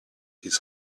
his